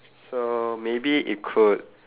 so maybe it could